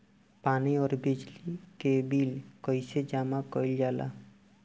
पानी और बिजली के बिल कइसे जमा कइल जाला?